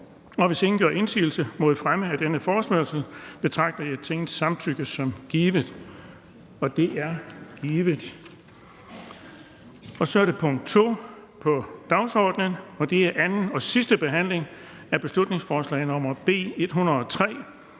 Hvis ingen gør indsigelse mod fremme af denne forespørgsel, betragter jeg Tingets samtykke som givet. Det er givet. --- Det næste punkt på dagsordenen er: 2) 2. (sidste) behandling af beslutningsforslag nr. B 103: